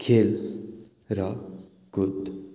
खेल र कुद